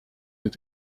het